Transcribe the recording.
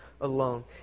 alone